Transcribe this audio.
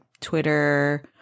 Twitter